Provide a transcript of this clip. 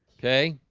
okay,